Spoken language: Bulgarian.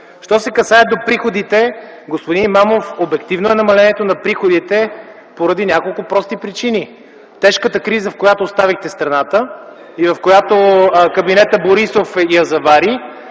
Що се касае до приходите, господин Имамов, обективно е намалението на приходите поради няколко прости причини: тежката криза, в която оставихте страната и в която кабинетът „Борисов” я завари;